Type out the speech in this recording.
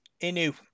Inu